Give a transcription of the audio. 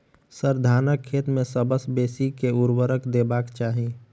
sir, धानक खेत मे सबसँ बेसी केँ ऊर्वरक देबाक चाहि